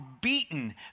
beaten